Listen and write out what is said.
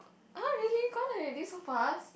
!huh! really gone already so fast